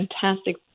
fantastic